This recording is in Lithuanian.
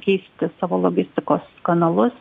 keisti savo logistikos kanalus